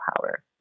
power